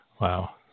Wow